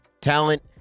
Talent